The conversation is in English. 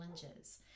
challenges